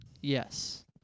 Yes